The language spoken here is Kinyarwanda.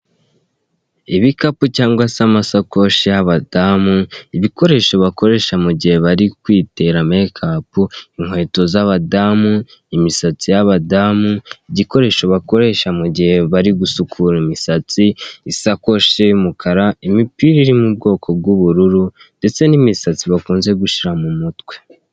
Ibikapo cyangwase amashakoshi ya badamu ibikoresho bakoresha mugihe barikwitera mekapu, inkweto zabadamu, imisatsi yabadamu, igikoresho bakoresha mugihe barigusukura imisatsi, isakoshi yumukara, imipira iri mubwoko bwubururu ndetse ndetse na imisatsi bakunze gushyira mu mutwe